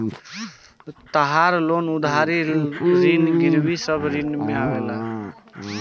तहार लोन उधारी ऋण गिरवी सब ऋण में आवेला